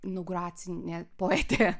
inugracinė poete